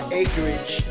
acreage